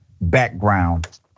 background